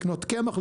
לקנות קמח,